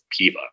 Piva